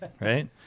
Right